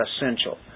essential